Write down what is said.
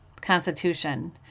constitution